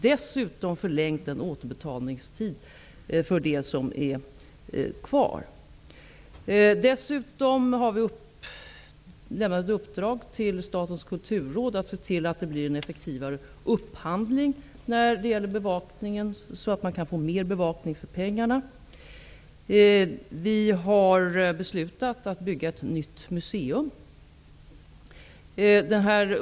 Dessutom har vi förlängt återbetalningstiden för det som är kvar. Vidare har vi gett Statens kulturråd uppdraget att se till att det blir en effektivare upphandling när det gäller bevakningen, så att man kan få mer bevakning för pengarna. Vi har också beslutat att ett nytt museum skall byggas.